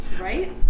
right